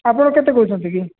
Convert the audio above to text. ଆପଣ କେତେ କହୁଛନ୍ତି କି